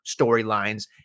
storylines